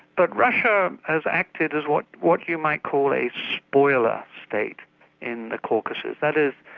but russia has acted as what what you might call a spoiler state in the caucasus. that is,